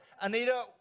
Anita